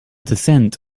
descent